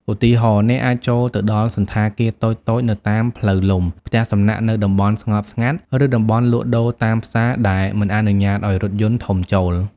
ឧទាហរណ៍ អ្នកអាចចូលទៅដល់សណ្ឋាគារតូចៗនៅតាមផ្លូវលំ ផ្ទះសំណាក់នៅតំបន់ស្ងប់ស្ងាត់ ឬតំបន់លក់ដូរតាមផ្សារដែលមិនអនុញ្ញាតឱ្យរថយន្តធំចូល។